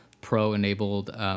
Pro-enabled